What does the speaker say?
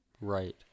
Right